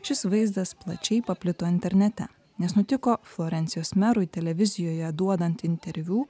šis vaizdas plačiai paplito internete nes nutiko florencijos merui televizijoje duodant interviu